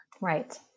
Right